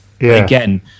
again